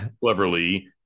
cleverly